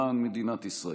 למען מדינת ישראל.